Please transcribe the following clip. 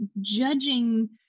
judging